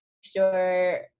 sure